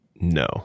No